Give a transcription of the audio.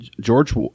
George